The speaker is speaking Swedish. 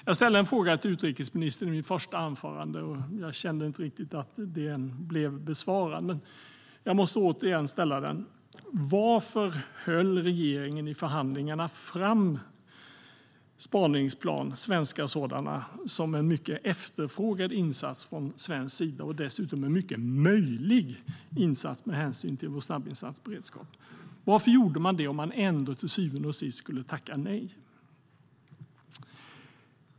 Jag ställde en fråga till utrikesministern i mitt första anförande, men jag kände inte riktigt att den blev besvarad, så jag måste ställa den igen. I förhandlingarna höll regeringen fram svenska spaningsplan som en mycket efterfrågad insats från svensk sida och dessutom en mycket möjlig insats med hänsyn till vår snabbinsatsberedskap. Varför gjorde man det om man ändå till syvende och sist skulle tacka nej?